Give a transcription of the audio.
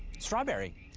strawberry.